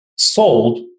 Sold